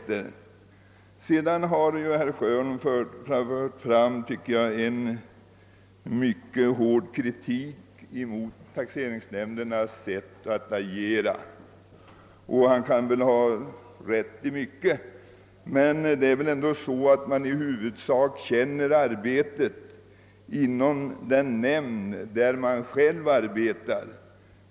Herr Sjöholm förde vidare fram en mycket hård kritik mot taxeringsnämndernas sätt att agera. Han kan kanske ha rätt i mycket, men jag vill ändå påpeka att man väl i allmänhet närmast känner arbetet inom den nämnd, där man själv arbetar.